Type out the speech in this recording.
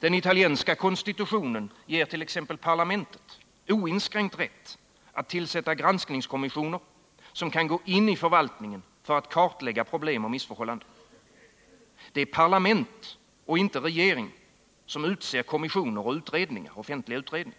Den italienska konstitutionen ger t.ex. parlamentet oinskränkt rätt att tillsätta granskningskommissioner, som kan gå in i förvaltningen för att kartlägga problem och missförhållanden. Det är parlament och inte regering som utser kommissioner och offentliga utredningar.